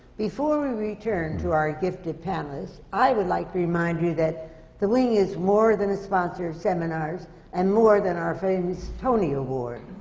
before we return to our gifted panelists, i would like to remind you that the wing is more than a sponsor of seminars and more than our famous tony award.